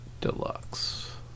Deluxe